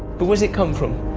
but where's it come from?